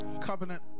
covenant